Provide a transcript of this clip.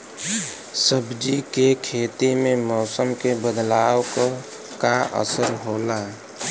सब्जी के खेती में मौसम के बदलाव क का असर होला?